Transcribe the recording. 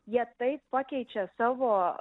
jie taip pakeičia savo